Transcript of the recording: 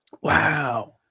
wow